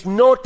no